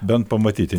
bent pamatyti